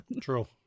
True